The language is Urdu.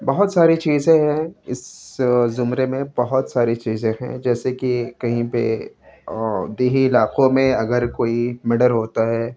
بہت ساری چیزیں ہیں اس زمرے میں بہت ساری چیزیں ہیں جیسے کہ کہیں پہ دیہی علاقوں میں اگر کوئی مڈر ہوتا ہے